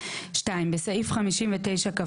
; (2) בסעיף 59כב